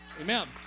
Amen